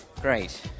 Great